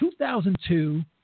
2002